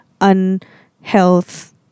Unhealth